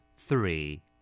Three